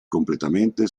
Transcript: completamente